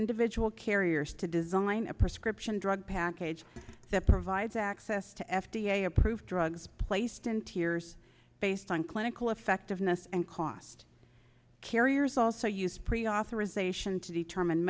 individual carriers to design a prescription drug package that provides access to f d a approved drugs placed in tears based on clinical effectiveness and cost carriers also use pre authorization to determine